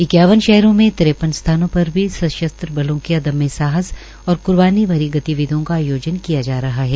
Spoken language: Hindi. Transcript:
इक्यावन शहरों में तरेप्पन स्थानों पर भी सशस्त्र बलों के अदम्य साहस और क्र्बानी भरी गतिविधियों का आयोजन किया जा रहा है